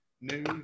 news